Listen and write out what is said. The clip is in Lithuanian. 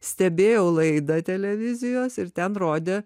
stebėjau laidą televizijos ir ten rodė